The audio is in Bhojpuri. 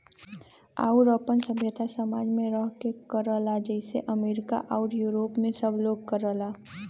आउर आपन सभ्यता समाज मे रह के करला जइसे अमरीका आउर यूरोप मे सब लोग करला